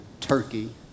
Turkey